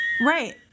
Right